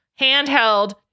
handheld